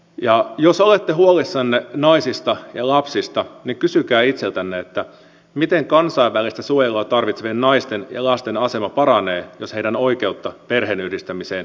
ja jos olette huolissanne naisista ja lapsista niin kysykää itseltänne miten kansainvälistä suojelua tarvitsevien naisten ja lasten asema paranee jos heidän oikeuttaan perheenyhdistämiseen tiukennetaan merkittävästi